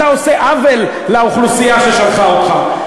אתה עושה עוול לאוכלוסייה ששלחה אותך.